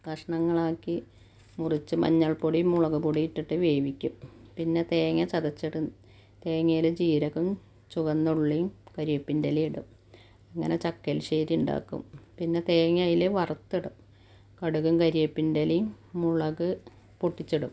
കഷ്ണങ്ങളാക്കി മുറിച്ച് മഞ്ഞൾപ്പൊടി മുളക് പൊടീട്ടിട്ട് വേവിക്കും പിന്നെ തേങ്ങാ ചതച്ചിടും തേങ്ങേൽ ജീരകം ചുവന്നുള്ളീം കരിവേപ്പിൻറ്റെ ഇലയിടും അങ്ങനെ ചക്കെളിശ്ശേരി ഉണ്ടാക്കും പിന്നെ തേങ്ങയിൽ വറത്തിടും കടുകും കരിയേപ്പിൻറ്റെലേം മുളക് പൊട്ടിച്ചിടും